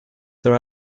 their